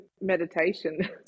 meditation